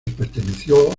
perteneció